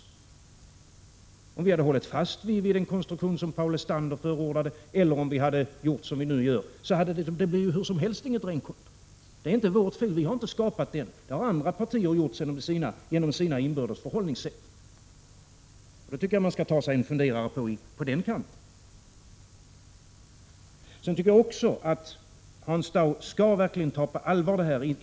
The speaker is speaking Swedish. Oavsett om vi hade hållit fast vid den konstruktion som Paul Lestander förordade eller om vi hade gjort som vi nu gör, så hade det hur som helst inte blivit något renkonto. Det är inte vårt fel — vi har inte skapat den här situationen, utan det har andra partier gjort genom sina inbördes förhållningssätt. Därför tycker jag man bör ta sig en funderare på den kanten. Sedan tycker jag också att Hans Dau verkligen skall ta detta på allvar.